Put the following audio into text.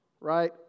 right